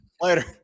Later